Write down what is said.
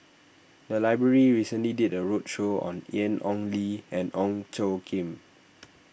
the library recently did a roadshow on Ian Ong Li and Ong Tjoe Kim